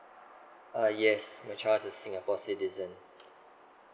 uh yes my child is singapore citizen